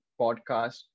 podcast